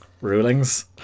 Rulings